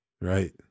Right